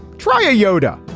try a yoda.